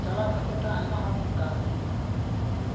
ᱪᱟᱞᱟᱣ ᱠᱷᱟᱹᱛᱤᱨ ᱛᱮᱦᱚᱸ ᱟᱭᱢᱟ ᱦᱚᱲ ᱱᱚᱝᱠᱟ ᱠᱚ